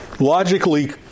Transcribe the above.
Logically